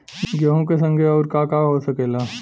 गेहूँ के संगे आऊर का का हो सकेला?